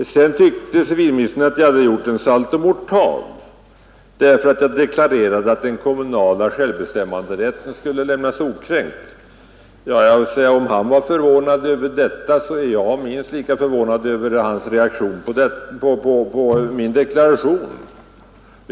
Civilministern tyckte att jag hade gjort en saltomortal, när jag deklarerade att den kommunala självbestämmanderätten skulle lämnas okränkt. Om civilministern var förvånad över detta, så är jag minst lika förvånad över hans reaktion.